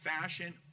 fashion